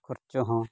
ᱠᱷᱚᱨᱪᱟ ᱦᱚᱸ